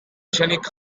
izenik